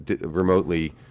remotely